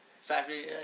Factory